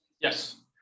Yes